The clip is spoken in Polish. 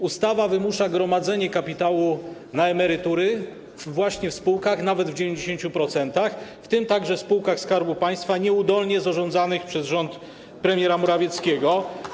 Ustawa wymusza gromadzenie kapitału na emerytury właśnie w spółkach, nawet w 90%, w tym także w spółkach Skarbu Państwa nieudolnie zarządzanych przez rząd premiera Morawieckiego.